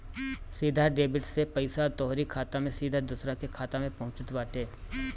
सीधा डेबिट से पईसा तोहरी खाता से सीधा दूसरा के खाता में पहुँचत बाटे